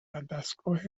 ودستگاه